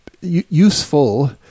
useful